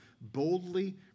boldly